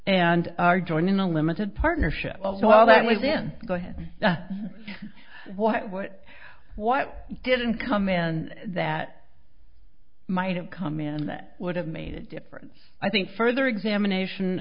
and are joining a limited partnership so well that would then go ahead what what what didn't come in and that might have come in that would have made a difference i think further examination